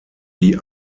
die